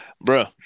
Bro